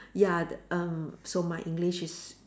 ya that um so my English is